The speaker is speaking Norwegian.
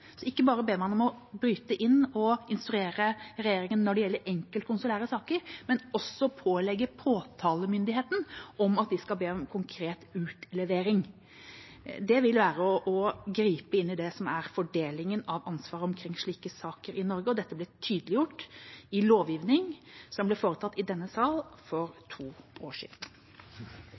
Så ikke bare ber man om å bryte inn og instruere regjeringen når det gjelder konsulære enkeltsaker, men man vil også pålegge påtalemyndigheten å be om konkret utlevering. Det vil være å gripe inn i det som er fordelingen av ansvar omkring slike saker i Norge, og dette ble tydeliggjort i lovgivning som ble foretatt i denne sal for to år siden.